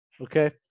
Okay